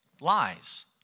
Lies